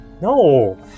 No